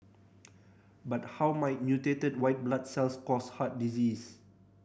but how might mutated white blood cells cause heart disease